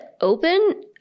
open